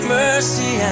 mercy